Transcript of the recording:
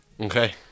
Okay